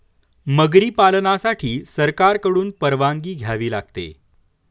मगरी पालनासाठी सरकारकडून परवानगी घ्यावी लागते